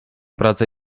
pracę